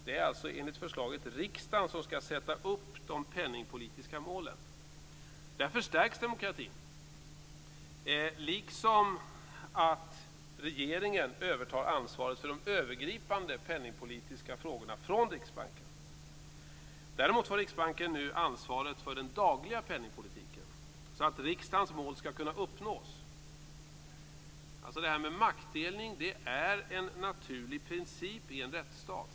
Det är enligt förslaget riksdagen som skall sätta upp de penningpolitiska målen, och därför stärks demokratin, liksom när regeringen övertar ansvaret för de övergripande penningpolitiska frågorna från Riksbanken. Däremot får Riksbanken nu ansvaret för den dagliga penningpolitiken så att riksdagens mål skall kunna uppnås. Maktdelning är en naturlig princip i en rättsstat.